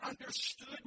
understood